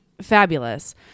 fabulous